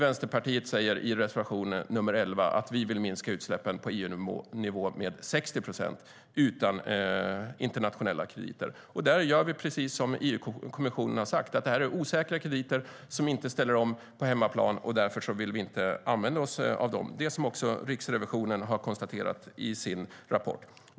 Vänsterpartiet säger i reservation nr 11 att vi vill minska utsläppen på EU-nivå med 60 procent utan internationella krediter. Här gör vi precis som EU-kommissionen har sagt. Det är osäkra krediter som inte ställer om på hemmaplan, och därför vill vi inte använda oss av dem. Det har också Riksrevisionen konstaterat i sin rapport.